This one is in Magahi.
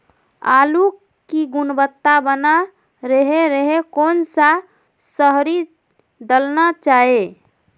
आलू की गुनबता बना रहे रहे कौन सा शहरी दलना चाये?